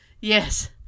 yes